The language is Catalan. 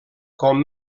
com